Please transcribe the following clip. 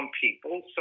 people